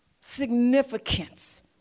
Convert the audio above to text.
Significance